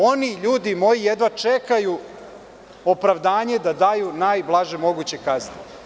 Oni, ljudi moji, jedva čekaju opravdanje da daju najblaže moguće kazne.